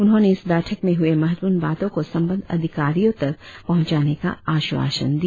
उन्होंने इस बैठक में हुए महत्वपूर्ण बातों को संबंद्व अधिकारी के पास पहुंचाने का आश्वासन दिया